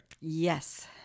Yes